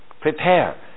prepare